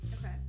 Okay